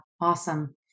Awesome